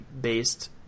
based